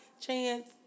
chance